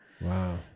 Wow